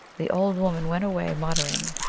the old woman went away mutter ing,